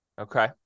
Okay